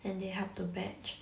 and they help to batch